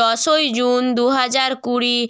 দশই জুন দু হাজার কুড়ি